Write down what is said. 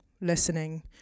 listening